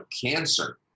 cancer